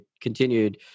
continued